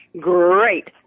Great